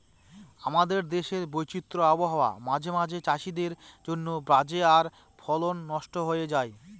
আমাদের দেশের বিচিত্র আবহাওয়া মাঝে মাঝে চাষীদের জন্য বাজে আর ফসলও নস্ট হয়ে যায়